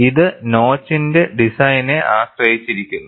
ഇത് നോച്ചിന്റെ ഡിസൈനെ ആശ്രയിച്ചിരിക്കുന്നു